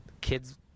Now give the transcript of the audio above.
kids